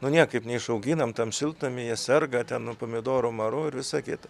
nu niekaip neišauginam tam šiltnamy jie serga ten nu pomidorų maru ir visa kita